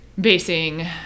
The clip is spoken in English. basing